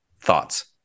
Thoughts